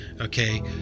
okay